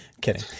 kidding